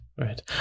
Right